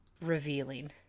revealing